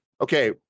okay